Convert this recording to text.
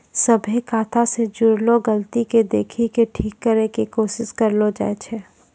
सभ्भे खाता से जुड़लो गलती के देखि के ठीक करै के कोशिश करलो जाय छै